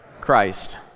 Christ